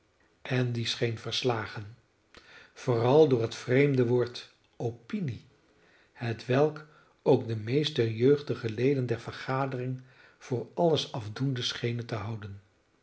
andy scheen verslagen vooral door het vreemde woord opinie hetwelk ook de meeste jeugdige leden der vergadering voor alles afdoende schenen te houden